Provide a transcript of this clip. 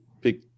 Pick